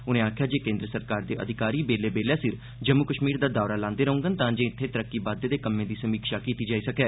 उनें आक्खेआ जे केन्द्र सरकार दे अधिकारी बेल्लै सिर जम्मू कश्मीर दा दौरा लांदे रौह्डन तां जे इत्थै तरक्की बाद्दे दे कम्में दी समीक्षा कीती जाई सकै